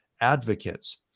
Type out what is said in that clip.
advocates